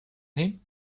him